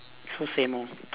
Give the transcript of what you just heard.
so same lor